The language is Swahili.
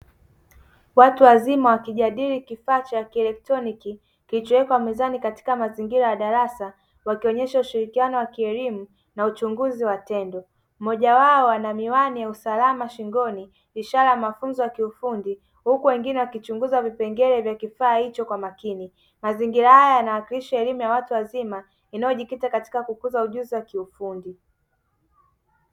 Watu wazima wakijadili kifaa cha kielektroniki kilichowekwa mezani katika mazingira ya darasa, wakionesha ushirikiano wa kielimu na uchunguzi wa tende mmoja wao ana miwani ya usalama shingoni ishara ya mafunzo ya kiufundi huku wengine wakichunguza vipengele vya kifaa hicho kwa makini, mazingira haya yanawakilisha elimu ya watu wazima inayojikita katika kukuza ujuzi wa kiufundi.